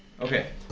Okay